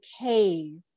cave